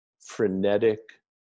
frenetic